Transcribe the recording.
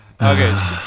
Okay